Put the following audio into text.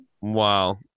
Wow